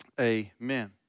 Amen